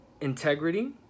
integrity